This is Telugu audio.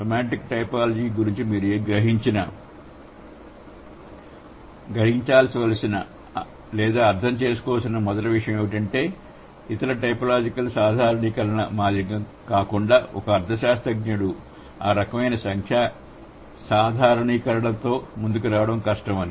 సెమాంటిక్ టైపోలాజీ గురించి మీరు గ్రహించాల్సిన లేదా అర్థం చేసుకోవలసిన మొదటి విషయం ఏమిటంటే ఇతర టైపోలాజికల్ సాధారణీకరణల మాదిరిగా కాకుండా ఒక అర్థశాస్త్రజ్ఞుడు ఆ రకమైన సంఖ్యా సాధారణీకరణలతో ముందుకు రావడం కష్టం అని